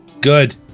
Good